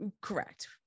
Correct